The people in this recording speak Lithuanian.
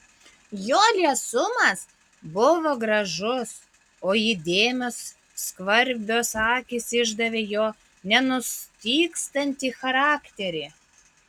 jo liesumas buvo gražus o įdėmios skvarbios akys išdavė jo nenustygstantį charakterį